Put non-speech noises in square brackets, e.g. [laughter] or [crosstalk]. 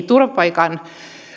[unintelligible] turvapaikan